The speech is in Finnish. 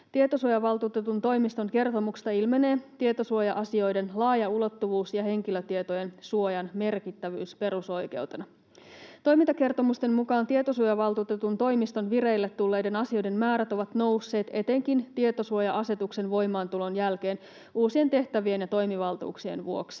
Tietosuojavaltuutetun toimiston kertomuksesta ilmenee tietosuoja-asioiden laaja ulottuvuus ja henkilötietojen suojan merkittävyys perusoikeutena. Toimintakertomusten mukaan Tietosuojavaltuutetun toimiston vireille tulleiden asioiden määrät ovat nousseet etenkin tietosuoja-asetuksen voimaantulon jälkeen uusien tehtävien ja toimivaltuuksien vuoksi.